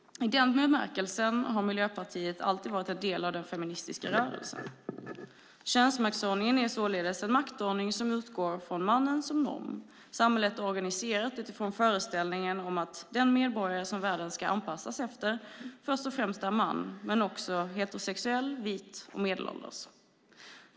I den bemärkelsen har Miljöpartiet alltid varit en del av den feministiska rörelsen. Könsmaktsordningen är således en maktordning som utgår från mannen som norm. Samhället är organiserat utifrån föreställningen om att den medborgare som världen ska anpassas efter först och främst är man, men också heterosexuell, vit och medelålders.